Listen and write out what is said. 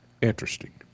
interesting